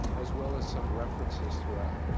as well as some references throughout.